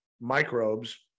microbes